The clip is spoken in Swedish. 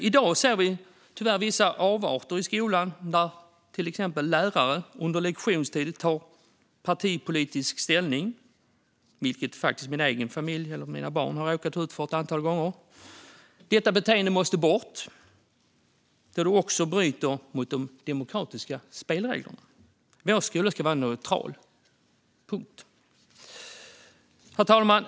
I dag ser vi tyvärr vissa avarter i skolan där lärare under lektionstid tar partipolitisk ställning, vilket mina barn har råkat ut för ett antal gånger. Detta beteende måste bort, då det bryter mot de demokratiska spelreglerna. Vår skola ska vara neutral - punkt. Herr talman!